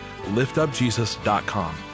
liftupjesus.com